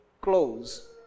close